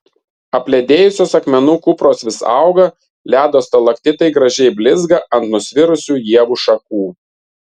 apledėjusios akmenų kupros vis auga ledo stalaktitai gražiai blizga ant nusvirusių ievų šakų